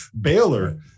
Baylor